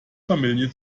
familie